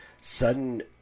sudden